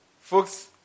Folks